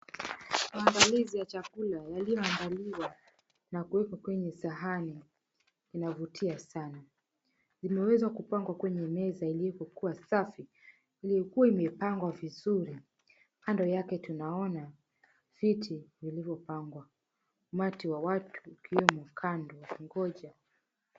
Maandalizi ya chakula yaliyoandaliwa na kuwekwa kwenye sahani inavutia sana, imeweza kupangwa kwenye meza iliyokuwa safi ilikuwa imepangwa vizuri kando yake tunaona viti vilivyopangwa umati wa watu ukiwemo kando kugonja.